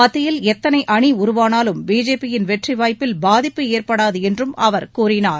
மத்தியில் எத்தனை அணி உருவானாலும் பிஜேபி யின் வெற்றி வாய்ப்பில் பாதிப்பு ஏற்படாது என்றும் அவர் கூறினார்